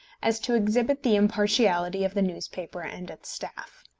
as to exhibit the impartiality of the newspaper and its staff.